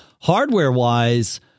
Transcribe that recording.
hardware-wise